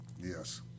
Yes